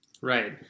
right